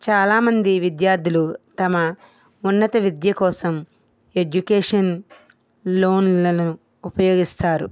చాలా మంది విద్యార్థులు తమ ఉన్నత విద్య కోసం ఎడ్యుకేషన్ లోన్లను ఉపయోగిస్తారు